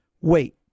wait